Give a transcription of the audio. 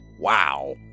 Wow